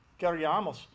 queríamos